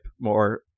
more